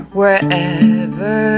wherever